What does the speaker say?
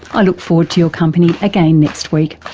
i look forward to your company again next week.